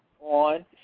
on